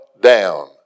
down